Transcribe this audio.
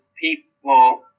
people